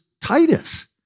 Titus